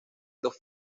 dos